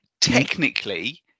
technically